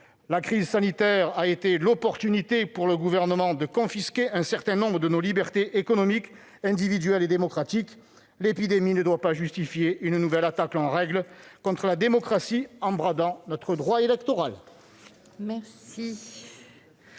La crise sanitaire a été l'occasion pour le Gouvernement de confisquer un certain nombre de nos libertés économiques, individuelles et démocratiques. L'épidémie ne doit pas justifier une nouvelle attaque en règle contre la démocratie en bradant notre droit électoral.